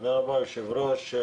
תודה רבה, היושב-ראש.